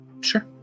Sure